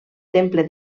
temple